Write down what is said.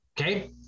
okay